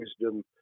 wisdom